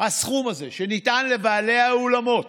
הסכום הזה שניתן לבעלי האולמות,